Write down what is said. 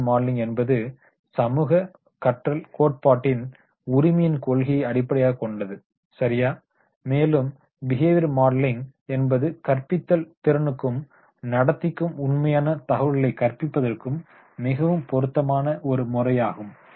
behaviour modelling என்பது சமூக கற்றல் கோட்பாட்டின் உரிமையின் கொள்கையை அடிப்படையாகக் கொண்டது சரியா மேலும் பிஹேவியர் மாடலிங் என்பது கற்பித்தல் திறனுக்கும் நடத்தைக்கும் உண்மையான தகவல்களை கற்பிப்பதற்கு மிகவும் பொருத்தமான ஒரு முறையாகும்